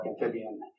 amphibian